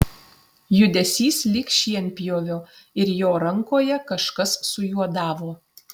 judesys lyg šienpjovio ir jo rankoje kažkas sujuodavo